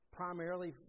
primarily